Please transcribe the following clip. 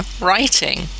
Writing